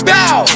Bow